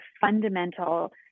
fundamental